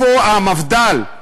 איפה המפד"ל?